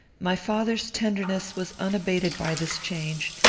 my father's tenderness was unabated by this change,